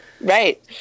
Right